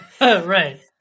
Right